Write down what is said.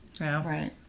Right